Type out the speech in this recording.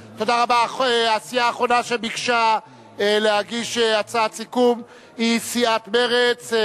הסיעה האחרונה שביקשה להגיש הצעת סיכום היא סיעת מרצ.